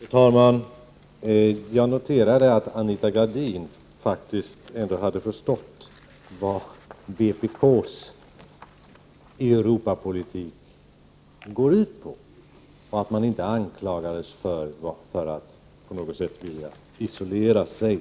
Fru talman! Jag noterade att Anita Gradin ändå hade förstått vad vpk:s Europapolitik går ut på, och att hon inte anklagade vpk för att på något sätt vilja isolera sig.